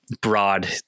broad